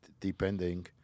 depending